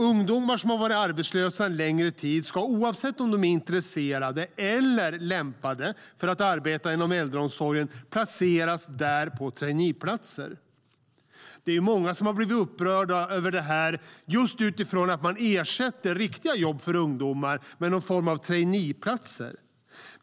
Ungdomar som har varit arbetslösa en längre tid ska oavsett om de är intresserade av eller lämpade för att arbeta inom äldreomsorg placeras där på traineeplatser. Många har blivit upprörda över traineejobben utifrån att vänsterpartierna ersätter riktiga jobb för ungdomar med någon form av traineeplatser.